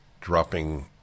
dropping